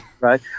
Right